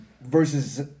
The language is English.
Versus